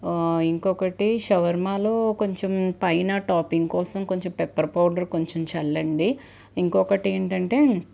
ఇంకొకటి షవర్మాలో కొంచెం పైన టాపింగ్ కోసం కొంచెం పెప్పర్ పౌడర్ కొంచెం చల్లండి ఇంకొకటి ఏంటంటే